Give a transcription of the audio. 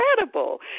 incredible